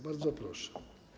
Bardzo proszę.